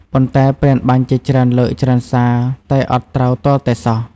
ប៉ុន្ដែព្រានបាញ់ជាច្រើនលើកច្រើនសារតែអត់ត្រូវទាល់តែសោះ ។